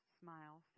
smile